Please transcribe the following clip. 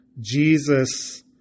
Jesus